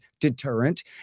deterrent